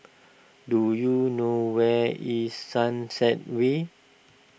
do you know where is Sunset Way